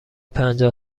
پنجاه